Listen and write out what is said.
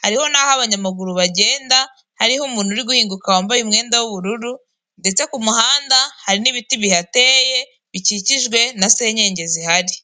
hari n'aho abanyamaguru bagenda hariho umuntu uri guhinguka wambaye umwenda w'ubururu, ndetse ku muhanda hari n'ibiti bihateye bikikijwe na senyenge zihari.